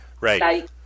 right